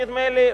נדמה לי,